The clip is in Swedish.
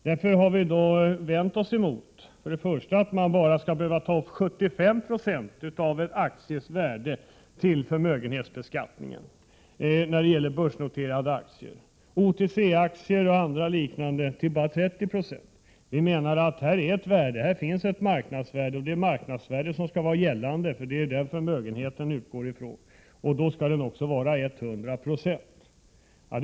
Därför har vi först och främst vänt oss emot att man bara behöver ta upp 75 96 av en akties värde till förmögenhetsbeskattning när det gäller börsnoterade aktier och bara 30 26 för OTC-aktier och liknande. Vi menar att här finns ett marknadsvärde, och det är det som skall vara gällande, för det är det som förmögenheten utgår från. Då skall också beskattningen vara 100 26.